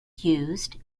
used